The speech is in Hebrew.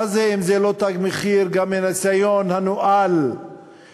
מה זה אם לא "תג מחיר" גם הניסיון הנואל לגייס